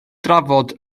drafod